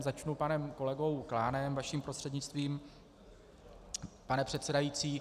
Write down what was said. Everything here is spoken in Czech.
Začnu panem kolegou Klánem, vaším prostřednictvím, pane předsedající.